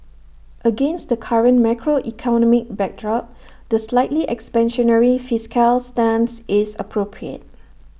against the current macroeconomic backdrop the slightly expansionary fiscal stance is appropriate